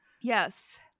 yes